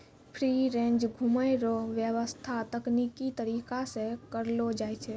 free range घुमै रो व्याबस्था तकनिकी तरीका से करलो जाय छै